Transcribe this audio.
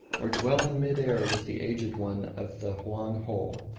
or dwell in mid-air with the aged one of the hoang-ho,